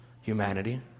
humanity